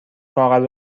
کاغذ